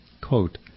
Quote